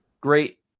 Great